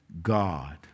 God